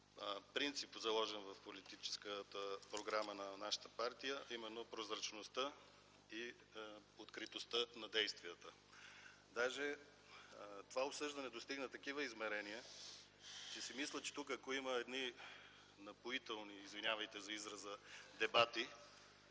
принцип, заложен в политическата програма на нашата партия, а именно прозрачността и откритостта на действията. Даже това осъждане достигна такива измерения и си мисля, че ако тук има едни „напоителни дебати” – извинявайте за израза, ще